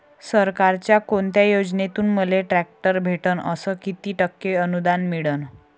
सरकारच्या कोनत्या योजनेतून मले ट्रॅक्टर भेटन अस किती टक्के अनुदान मिळन?